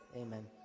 Amen